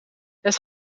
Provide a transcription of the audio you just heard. het